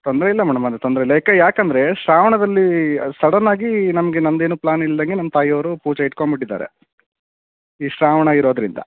ತೊಂದರೆ ಇಲ್ಲ ಮೇಡಮ್ ಅದು ತೊಂದರೆ ಇಲ್ಲ ಯಾಕೆ ಏಕಂದ್ರೆ ಶ್ರಾವಣದಲ್ಲಿ ಅದು ಸಡನ್ನಾಗಿ ನಮಗೆ ನಮ್ದೇನೂ ಪ್ಲಾನ್ ಇಲ್ಲದಾಗೆ ನಮ್ಮ ತಾಯಿಯವರು ಪೂಜೆ ಇಟ್ಕೊಂಡ್ಬಿಟ್ಟಿದ್ದಾರೆ ಈ ಶ್ರಾವಣ ಇರೋದರಿಂದ